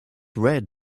red